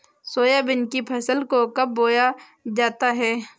Soybean की फसल को कब बोया जाता है?